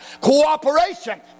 Cooperation